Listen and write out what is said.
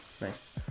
Nice